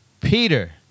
Peter